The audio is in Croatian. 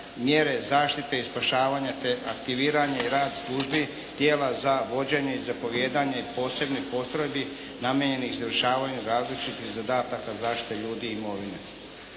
mjere zaštite i spašavanja, te aktiviranje i rad službi tijela za vođenje i zapovijedanje posebnih postrojbi namijenjenih za izvršavanje različitih zadataka zaštite ljudi i imovine.